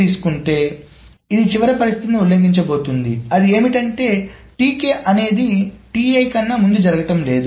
తీసుకుంటే ఇది చివరి పరిస్థితిని ఉల్లంఘించబోతోంది అది ఏమిటంటే అనేది కన్నాముందు జరగటం లేదు